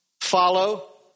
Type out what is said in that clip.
follow